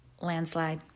Landslide